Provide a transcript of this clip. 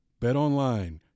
BetOnline